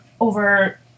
over